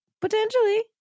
potentially